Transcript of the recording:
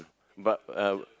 but uh